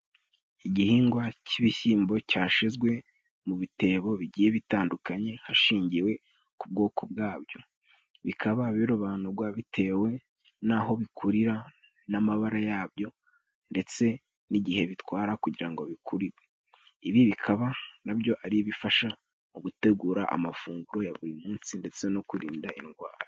Igihingwa cy'ibishyimbo cyashyizwe mu bitebo bigiye bitandukanye hashingiwe ku bwoko bwabyo, bikaba birobanurwa bitewe n'aho bikurira, n'amabara yabyo ndetse n'igihe bitwara kugira ngo bikure. Ibi bikaba na byo ari ibifasha mu gutegura amafunguro ya buri munsi ndetse no kurinda indwara.